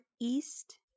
east